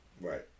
Right